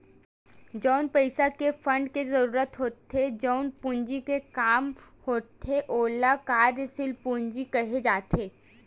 जउन पइसा के फंड के जरुरत होथे जउन पूंजी के काम होथे ओला कार्यसील पूंजी केहे जाथे